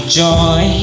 joy